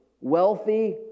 wealthy